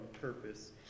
purpose